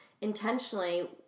intentionally